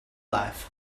life